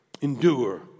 endure